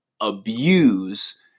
abuse